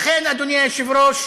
לכן אדוני היושב-ראש,